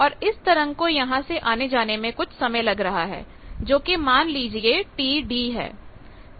और इस तरंग को यहां से आने जाने में कुछ समय लग रहा है जोकि मान लीजिए Td है